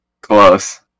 Close